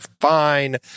fine